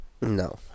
No